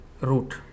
root